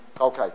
okay